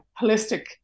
holistic